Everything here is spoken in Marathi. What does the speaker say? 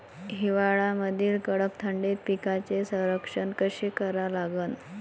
हिवाळ्यामंदी कडक थंडीत पिकाचे संरक्षण कसे करा लागन?